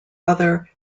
other